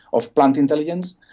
of plant intelligence,